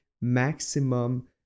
maximum